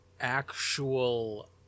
actual